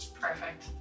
Perfect